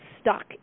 stuck